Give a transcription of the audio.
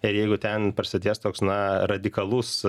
ir jeigu ten prasidės toks na radikalus